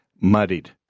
Muddied